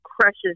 crushes